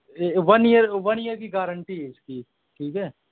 one year one year کی guarantee ہے اس کی ٹھیک ہے